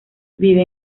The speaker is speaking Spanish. vive